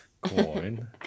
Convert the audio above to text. Coin